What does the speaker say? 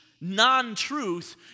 non-truth